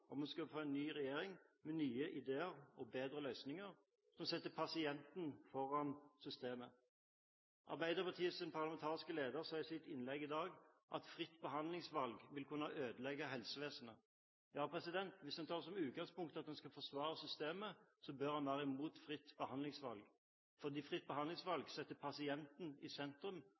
om vi skal få en ny regjering med nye ideer og bedre løsninger, som setter pasienten foran systemet. Arbeiderpartiets parlamentariske leder sa i sitt innlegg i dag at fritt behandlingsvalg vil kunne ødelegge helsevesenet. Ja, hvis man tar som utgangspunkt at man skal forsvare systemet, så bør man være imot fritt behandlingsvalg, fordi fritt behandlingsvalg setter pasienten i sentrum,